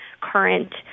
current